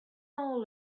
all